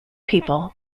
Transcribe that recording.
people